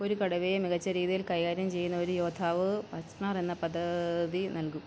ഒരു കടുവയെ മികച്ച രീതിയിൽ കൈകാര്യം ചെയ്യുന്ന ഒരു യോദ്ധാവ് പച്മർ എന്ന പദ വി നൽകും